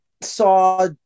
saw